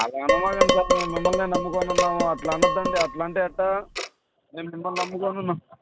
అలా అనకండి సార్ మేం మిమ్మల్నే నమ్ముకోని ఉన్నాము అట్లా అనవద్దండి అట్లా అంటే ఎట్లా మేం మిమ్మల్ని నమ్ముకోని ఉన్నాం